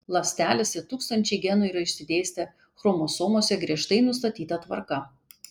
ląstelėse tūkstančiai genų yra išsidėstę chromosomose griežtai nustatyta tvarka